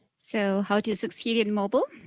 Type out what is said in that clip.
so how do you succeed in mobile?